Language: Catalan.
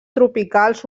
tropicals